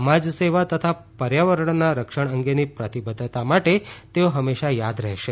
સમાજ સેવા તથા પર્યાવરણના રક્ષણ અંગેની પ્રતિબદ્ધતા માટે તેઓ હંમેશા યાદ રહેશે